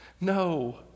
no